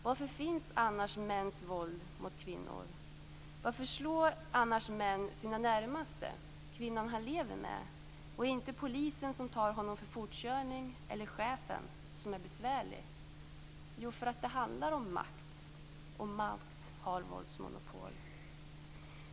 Varför finns annars mäns våld mot kvinnor? Varför slår annars män sina närmaste - kvinnan han lever med - och inte polisen som tar honom för fortkörning eller chefen som är besvärlig? Jo, det handlar om makt. Makt har våldsmonopol.